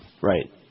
Right